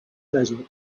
desert